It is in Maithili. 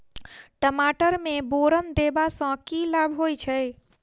टमाटर मे बोरन देबा सँ की लाभ होइ छैय?